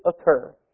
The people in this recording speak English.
occur